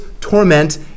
torment